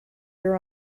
your